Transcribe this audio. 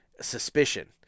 suspicion